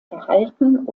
erhalten